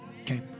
Okay